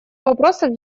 вопросов